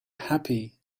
happy